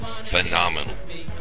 Phenomenal